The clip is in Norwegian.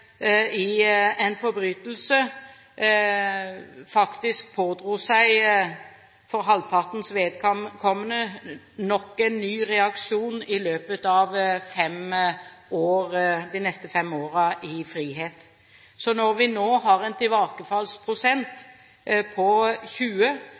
i en forbrytelse, faktisk pådro seg en ny reaksjon i løpet av de neste fem årene i frihet. Så når vi nå har en